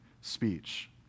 speech